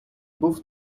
був